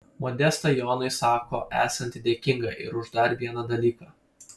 modesta jonui sako esanti dėkinga ir už dar vieną dalyką